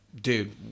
Dude